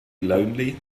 lonely